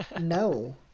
No